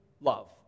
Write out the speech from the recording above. love